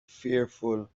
fearful